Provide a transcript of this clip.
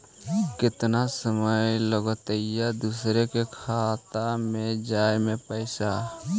केतना समय लगतैय दुसर के खाता में जाय में पैसा?